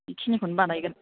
बेखिनिखौनो बानायगोन